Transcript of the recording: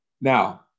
Now